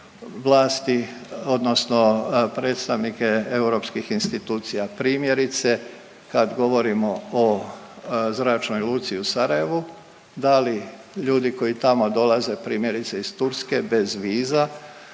vlasti odnosno predstavnike europskih institucija, primjerice, kad govorimo o zračnoj luci u Sarajevu, da li ljudi koji tamo dolaze, primjerice, iz Turske, bez viza,